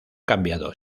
cambiado